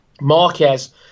Marquez